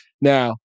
Now